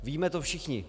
Víme to všichni.